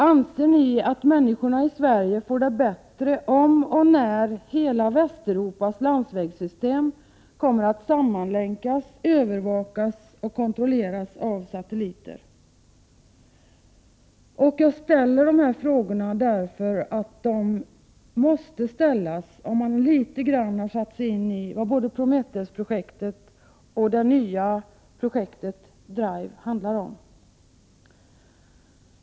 Anser ni att människorna i Sverige får det bättre om och när hela Västeuropas landsvägssystem kommer att sammanlänkas, övervakas och kontrolleras av satelliter? Jag ställer dessa frågor därför att de måste ställas, om man litet grand har satt sig in i vad både Prometheus-projektet och det nya projektet Drive handlar om.